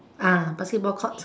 uh basketball court